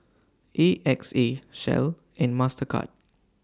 A X A Shell and Mastercard